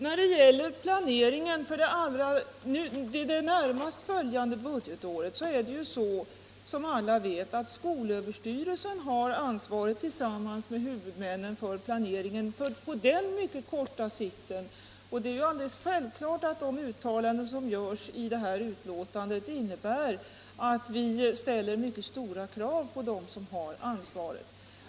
För det närmast följande budgetåret har, som alla vet, skolöverstyrelsen Väårdyrkesutbild tillsammans med huvudmännen ansvaret för planeringen på den mycket korta sikten. Det är självklart att de uttalanden som görs i detta betänkande innebär att vi ställer mycket stora krav på dem som har ansvaret.